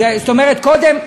גפני,